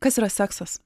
kas yra seksas